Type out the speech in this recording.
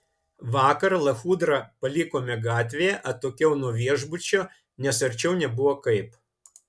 vakar lachudrą palikome gatvėje atokiau nuo viešbučio nes arčiau nebuvo kaip